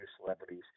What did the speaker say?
celebrities